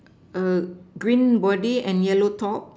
err green body and yellow top